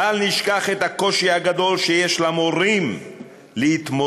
ובל נשכח את הקושי הגדול שיש למורים להתמודד